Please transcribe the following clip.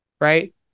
right